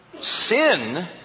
sin